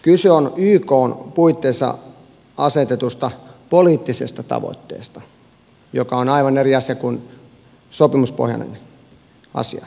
kyse on ykn puitteissa asetetusta poliittisesta tavoitteesta joka on aivan eri asia kuin sopimuspohjainen asia